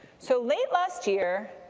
so late last year,